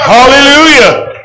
Hallelujah